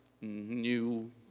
New